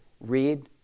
read